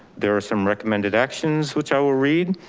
there are some recommended actions which i will read.